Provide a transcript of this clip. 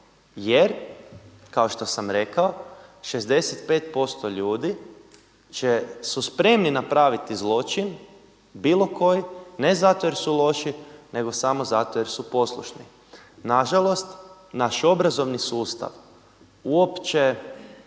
jer kao što sam rekao 65% ljudi su spremni napraviti zločin bilo koji ne zato jer su loši, nego samo zato jer su poslušni. Na žalost, naš obrazovni sustav uopće